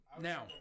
Now